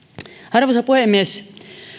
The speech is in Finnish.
arvoisa puhemies